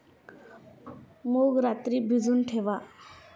मूग रात्री भिजवून ठेवा